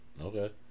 Okay